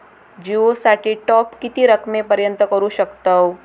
जिओ साठी टॉप किती रकमेपर्यंत करू शकतव?